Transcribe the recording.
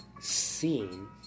seen